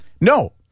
no